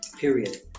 period